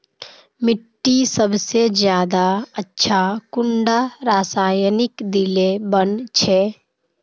मिट्टी सबसे ज्यादा अच्छा कुंडा रासायनिक दिले बन छै?